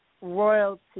royalty